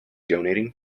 donating